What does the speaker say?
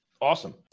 Awesome